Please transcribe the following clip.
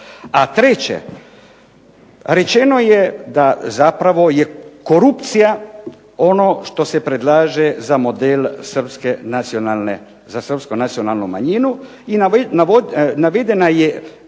A treće, rečeno je da zapravo je korupcija ono što se predlaže za model srpske nacionalne, za srpsku nacionalnu manjinu i navedena je zašto korupcija.